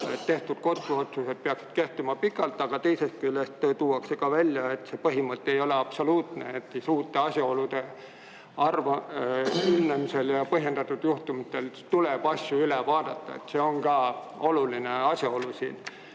tehtud kohtuotsused peaksid kehtima pikalt, aga teisest küljest tuuakse välja, et see põhimõte ei ole absoluutne ning uute asjaolude ilmnemisel ja põhjendatud juhtumite puhul tuleb asju üle vaadata. See on ka oluline asjaolu siin.